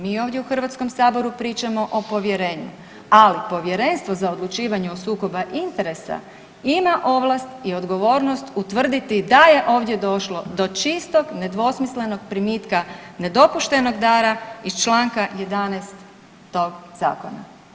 Mi ovdje u HS pričamo o povjerenju, ali Povjerenstvo za odlučivanje o sukobu interesa ima ovlast i odgovornost utvrditi da je ovdje došlo do čistog nedvosmislenog primitka nedopuštenog dara iz čl. 11. tog zakona.